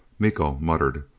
miko muttered,